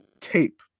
Tape